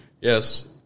yes